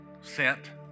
sent